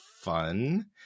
fun